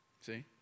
See